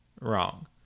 Wrong